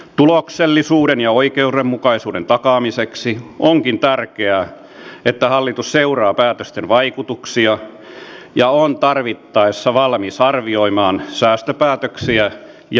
tuloksellisuuden ja oikeudenmukaisuuden takaamiseksi onkin tärkeää että hallitus seuraa päätösten vaikutuksia ja on tarvittaessa valmis arvioimaan säästöpäätöksiä ja määrärahakohdennuksia uudelleen